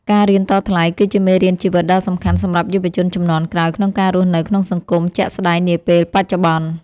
ការរៀនតថ្លៃ គឺជាមេរៀនជីវិតដ៏សំខាន់សម្រាប់យុវជនជំនាន់ក្រោយក្នុងការរស់នៅក្នុងសង្គមជាក់ស្ដែងនាពេលបច្ចុប្បន្ន។